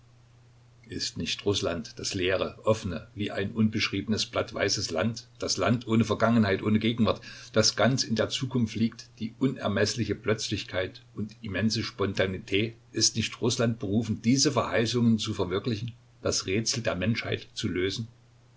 ist nicht rußland das leere offene wie ein unbeschriebenes blatt weiße land das land ohne vergangenheit ohne gegenwart das ganz in der zukunft liegt die unermeßliche plötzlichkeit und immense spontanit ist nicht rußland berufen diese verheißungen zu verwirklichen das rätsel der menschheit zu lösen